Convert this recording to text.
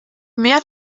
mehr